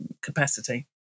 capacity